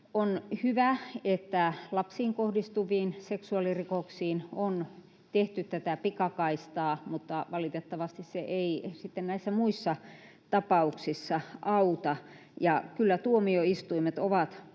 On hyvä, että lapsiin kohdistuviin seksuaalirikoksiin on tehty tätä pikakaistaa, mutta valitettavasti se ei näissä muissa tapauksissa auta. Kyllä tuomioistuimet ovat